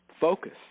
focus